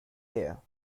care